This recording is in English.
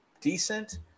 decent